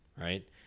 right